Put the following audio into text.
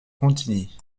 contigny